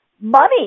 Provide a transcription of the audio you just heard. money